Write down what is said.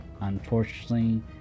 Unfortunately